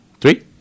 Three